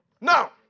Now